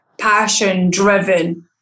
passion-driven